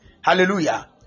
Hallelujah